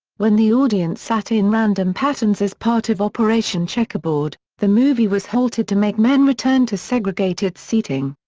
when the audience sat in random patterns as part of operation checkerboard, the movie was halted to make men return to segregated seating.